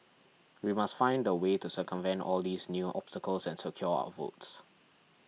we must find a way to circumvent all these new obstacles and secure our votes